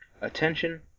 Attention